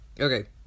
Okay